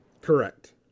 Correct